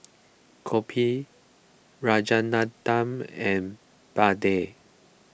Copy Rajaratnam and Mahade